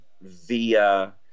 via